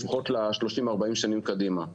לפחות ל-40-30 שנים קדימה.